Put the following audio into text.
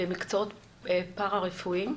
מקצועות פרה-רפואיים,